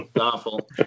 awful